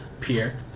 Pierre